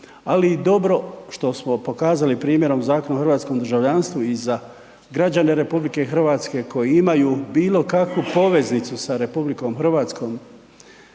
i dobro što smo pokazali primjerom Zakon o hrvatskom državljanstvu i za građane RH koji imaju bilo kakvu poveznicu sa RH,